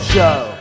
Show